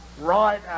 Right